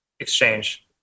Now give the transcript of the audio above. exchange